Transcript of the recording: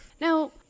Now